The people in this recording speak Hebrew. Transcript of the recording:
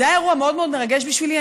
זה היה אירוע מאוד מאוד מרגש בשבילי.